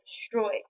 destroyed